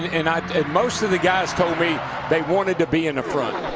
and most of the guys told me they wanted to be in the front.